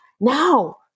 Now